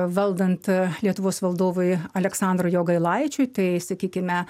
valdant lietuvos valdovui aleksandrui jogailaičiui tai sakykime